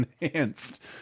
enhanced